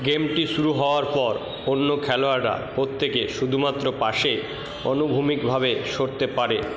গেমটি শুরু হওয়ার পর অন্য খেলোয়াড়রা প্রত্যেকে শুধুমাত্র পাশে অনুভূমিকভাবে সরতে পারে